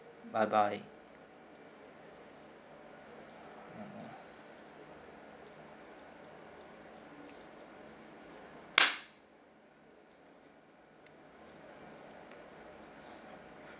bye bye